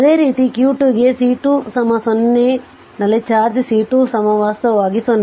ಅದೇ ರೀತಿ q 2 ಗೆ C2 0 ನಲ್ಲಿನ ಚಾರ್ಜ್ C2 ವಾಸ್ತವವಾಗಿ 0